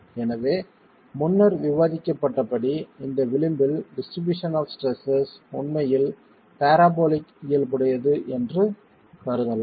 எனவே முன்னர் விவாதிக்கப்பட்டபடி இந்த விளிம்பில் டிஸ்ட்ரிபியூஷன் ஆப் ஸ்ட்ரெஸ்ஸஸ் உண்மையில் பராபோலிக் இயல்புடையது என்று கருதலாம்